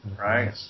right